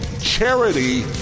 charity